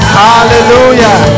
hallelujah